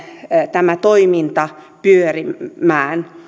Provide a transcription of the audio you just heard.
tämä toiminta pyörimään